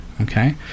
okay